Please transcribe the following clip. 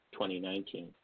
2019